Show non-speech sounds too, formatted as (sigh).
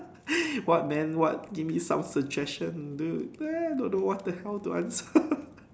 (laughs) what man what give me some suggestion dude then I don't know what the hell to answer (laughs)